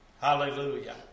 Hallelujah